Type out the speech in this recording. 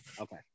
Okay